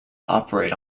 operate